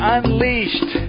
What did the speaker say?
Unleashed